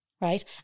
right